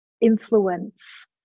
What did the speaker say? influence